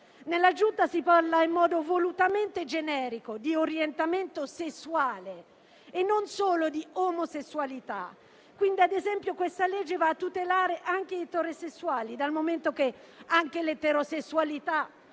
Nell'aggiunta si parla in modo volutamente generico di orientamento sessuale e non solo di omosessualità. Quindi, ad esempio, questo provvedimento va a tutelare anche gli eterosessuali, dal momento che anche l'eterosessualità